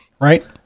Right